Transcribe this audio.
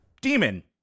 Demon